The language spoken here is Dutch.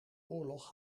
oorlog